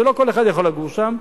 ולא כל אחד יכול לגור שם,